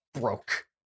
broke